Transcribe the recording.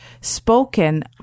spoken